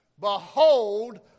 Behold